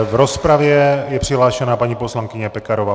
V rozpravě je přihlášena paní poslankyně Pekarová.